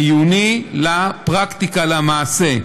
מהעיוני, לפרקטיקה, למעשה.